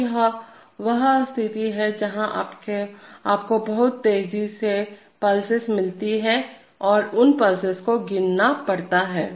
तो यह वह स्थिति है जहाँ आपको बहुत तेज़ पल्सेस मिलती हैं और उन पल्सेसदालों को गिनना पड़ता है